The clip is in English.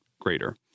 greater